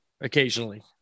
occasionally